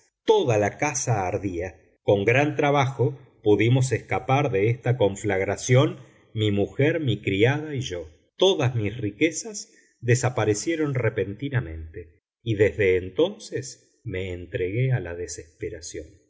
toda la casa ardía con gran trabajo pudimos escapar de esta conflagración mi mujer mi criada y yo todas mis riquezas desaparecieron repentinamente y desde entonces me entregué a la desesperación